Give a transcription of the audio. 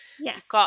Yes